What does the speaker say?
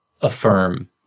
affirm